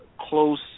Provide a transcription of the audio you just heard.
close